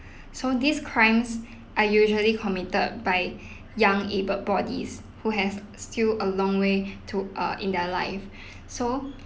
so these crimes are usually committed by young abled bodies who has still a long way to err in their life so